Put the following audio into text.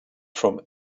from